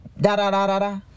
da-da-da-da-da